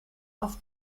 auf